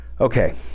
Okay